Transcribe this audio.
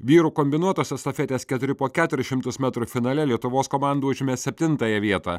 vyrų kombinuotos estafetės keturi po keturis šimtus metrų finale lietuvos komanda užėmė septintąją vietą